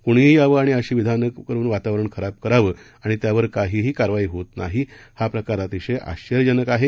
कुणीही यावं आणि अशी विधानं करून वातावरण खराब करावं आणि त्यावर काहीही कारवाई होत नाही हा प्रकार अतिशय आश्वर्यजनक आहे